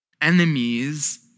enemies